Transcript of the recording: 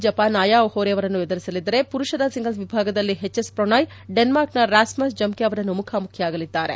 ಜಪಾನ್ನ Aya Ohori ಅವರನ್ನು ಎದುರಿಸಲಿದ್ದಾರೆ ಪುರುಷರ ಸಿಂಗಲ್ಲ್ ವಿಭಾಗದಲ್ಲಿ ಹೆಚ್ ಎಸ್ ಪ್ರಣೋಯ್ ಡೆನ್ಹಾರ್ಕ್ನ ರ್ವಾಸ್ಮಸ್ ಜಮ್ನೆ ಅವರನ್ನು ಮುಖಾಮುಖಿಯಾಗಲಿದ್ದಾರೆ